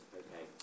okay